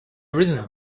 reason